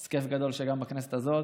אז כיף גדול שגם בכנסת הזאת,